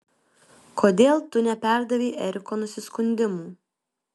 kodėl tu neperdavei eriko nusiskundimų